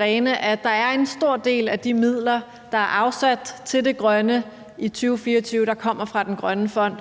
rent ud, at der er en stor del af de midler, der er afsat til det grønne i 2024, der kommer fra den grønne fond.